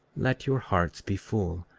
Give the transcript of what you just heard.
let your hearts be full,